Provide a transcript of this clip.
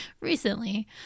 recently